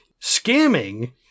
scamming